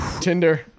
Tinder